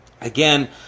Again